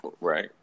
Right